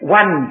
one